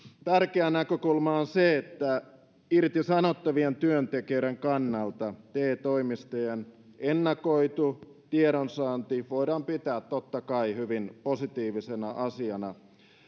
tärkeä näkökulma on se että irtisanottavien työntekijöiden kannalta te toimistojen ennakoitua tiedonsaantia voidaan pitää totta kai hyvin positiivisena asiana